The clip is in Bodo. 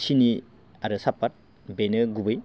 सिनि आरो साफाट बेनो गुबै